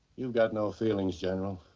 you've got no feeling, general.